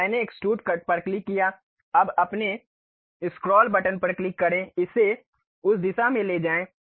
तो मैंने extrude cut पर क्लिक किया अब अपने स्क्रॉल बटन पर क्लिक करें इसे उस दिशा में ले जाएं